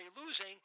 losing